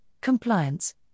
compliance